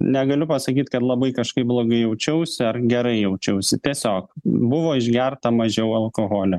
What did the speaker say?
negaliu pasakyt kad labai kažkaip blogai jaučiausi ar gerai jaučiausi tiesiog buvo išgerta mažiau alkoholio